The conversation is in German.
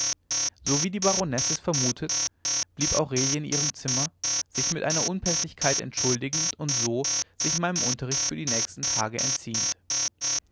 so wie die baronesse es vermutet blieb aurelie in ihrem zimmer sich mit einer unpäßlichkeit entschuldigend und so sich meinem unterricht für die nächsten tage entziehend